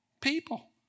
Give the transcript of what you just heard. People